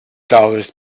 dollars